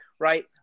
Right